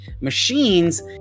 machines